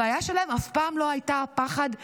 הבעיה שלהם אף פעם לא הייתה הפחד להילחם,